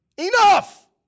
Enough